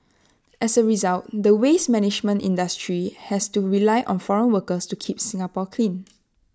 as A result the waste management industry has to rely on foreign workers to keep Singapore clean